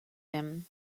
him